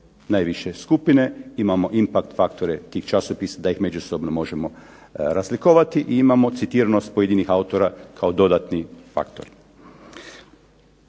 najviše skupine, imamo impact faktore tih časopisa da ih međusobno možemo razlikovati i imamo citiranost pojedinih autora kao dodatni faktor.